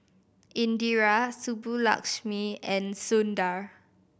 Indira Subbulakshmi and Sundar